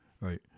right